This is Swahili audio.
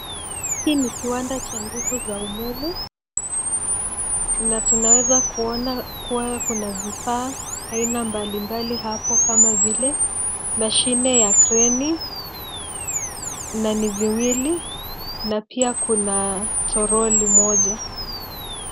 Hii ni kiwanda cha nguvu za umeme, na tunaeza kuona kuwa kuna vifaa aina mbalimbali hapo kama vile mashine ya kreni, na ni viwili, na pia kuna toroli moja.